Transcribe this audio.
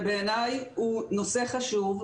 ובעיניי הוא נושא חשוב,